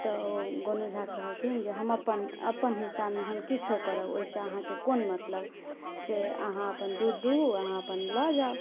तऽ गोनू झा कहलखिन जे हम अपन अपन हिस्सामे हम किछु करब ओहिसँ अहाँकेँ कोन मतलब से अहाँ अपन दूध दुहू अहाँ अपन लऽ जाउ